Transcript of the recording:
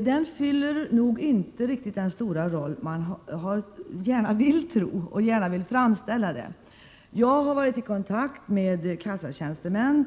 Den spelar nog inte riktigt så stor roll som man gärna vill tro — och som det gärna framställs. Jag har varit i kontakt med kassatjänstemän.